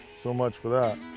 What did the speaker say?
so much for that.